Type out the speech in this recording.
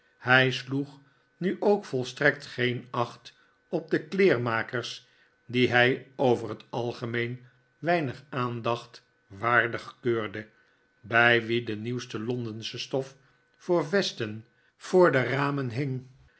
hij sloeg nu ook volstrekt geen acht op de kleermakers die hij over het algemeen weinig aandacht waardig keurde bij wie de nieuwste londensche stof voor vesten voor de ramen